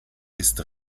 ist